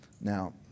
Now